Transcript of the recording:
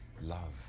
Love